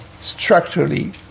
structurally